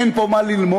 אין פה מה ללמוד,